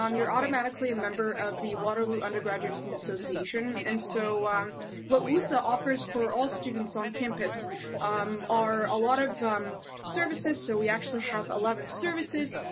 um you are automatically a member of the waterloo undergraduate student association. and so what wusa offers for all students on campus are a lot of services. so we actually have eleven services,